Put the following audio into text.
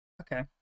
Okay